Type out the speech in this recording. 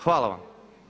Hvala vam.